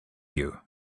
you